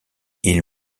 ils